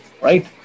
right